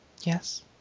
Yes